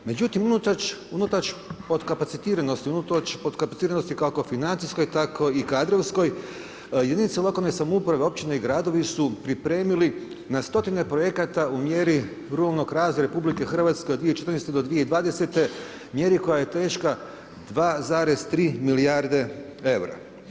Međutim unatoč podkapacitiranosti, unatoč podkapaticiranosti kako financijskoj, tako i kadrovskoj, jedinice lokalne samouprave općine i gradovi su pripremili na stotine projekata u mjeri ruralnog razvoja RH od 2014. do 2020., mjeri koja je teška 2,3 milijarde eura.